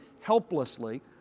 helplessly